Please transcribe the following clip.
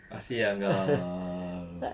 masih ah kau